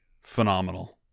phenomenal